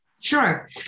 Sure